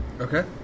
Okay